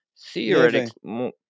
theoretically